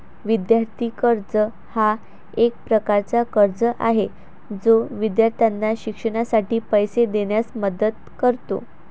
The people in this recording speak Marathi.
विद्यार्थी कर्ज हा एक प्रकारचा कर्ज आहे जो विद्यार्थ्यांना शिक्षणासाठी पैसे देण्यास मदत करतो